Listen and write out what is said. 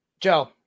Joe